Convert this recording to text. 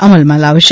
અમલમાં લાવશે